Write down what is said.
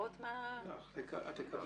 את תקבלי.